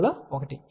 కాబట్టి lλ4